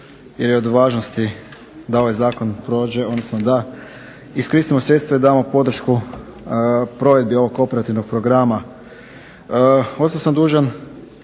jer je od važnosti da ovaj zakon prođe, odnosno da iskoristimo sredstva i damo podršku provedbi ovog operativnog programa.